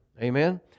Amen